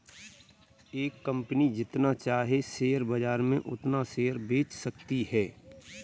एक कंपनी जितना चाहे शेयर बाजार में उतना शेयर बेच सकती है